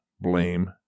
blame